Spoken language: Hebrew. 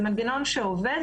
שעובד,